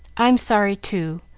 i'm sorry, too.